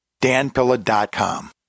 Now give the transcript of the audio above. danpilla.com